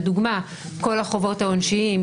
לדוגמה כל החובות העונשיים,